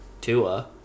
Tua